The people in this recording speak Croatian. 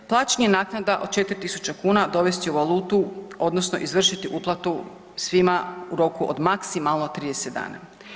Plaćanje naknada od 4.000 kuna dovesti u valutu odnosno izvršiti uplatu svima u roku od maksimalno 30 dana.